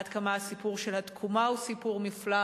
עד כמה הסיפור של התקומה הוא סיפור מופלא,